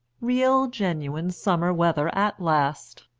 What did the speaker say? real genuine summer weather at last.